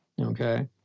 Okay